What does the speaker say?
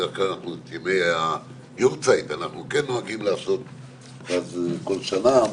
בדרך כלל את ימי ה --- אנחנו כן נוהגים לעשות כל שנה.